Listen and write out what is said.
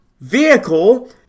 vehicle